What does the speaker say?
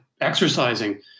exercising